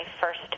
first